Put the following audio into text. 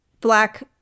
black